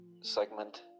segment